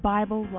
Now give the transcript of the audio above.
Bible